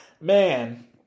Man